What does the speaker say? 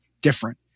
different